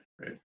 right